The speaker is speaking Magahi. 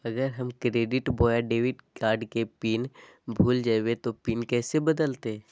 अगर हम क्रेडिट बोया डेबिट कॉर्ड के पिन भूल जइबे तो पिन कैसे बदलते?